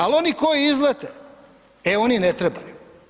Ali oni koji izlete, e oni ne trebaju.